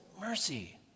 mercy